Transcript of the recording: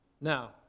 Now